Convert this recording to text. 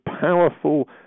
powerful